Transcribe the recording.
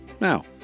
Now